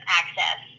access